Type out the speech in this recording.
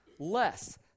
less